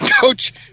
Coach